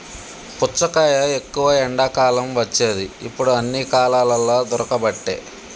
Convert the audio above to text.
పుచ్చకాయ ఎక్కువ ఎండాకాలం వచ్చేది ఇప్పుడు అన్ని కాలాలల్ల దొరుకబట్టె